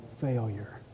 failure